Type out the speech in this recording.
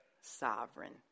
sovereign